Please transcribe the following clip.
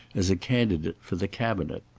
as a candidate for the cabinet.